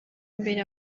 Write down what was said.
mbere